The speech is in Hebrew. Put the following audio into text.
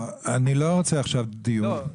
אני לא רוצה עכשיו דיון.